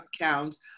accounts